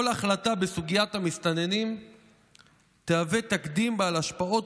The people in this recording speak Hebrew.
כל החלטה בסוגיית המסתננים תהווה תקדים בעל השפעות